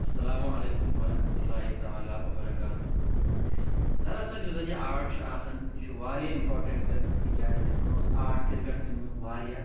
اَسَلامُ علیکُم وَرحمتُہ اللہ تعالٰی وَبَرکاتُہ دَر اَصٕل یُس زَن یہِ آرٹ چھُ آسان یہِ چھُ واریاہ اِمپاٹَنٛٹہٕ تِکیٛازِ مےٚ اوس آرٹ کِرکَٹ گِنٛدنُک واریاہ